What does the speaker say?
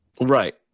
Right